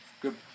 Good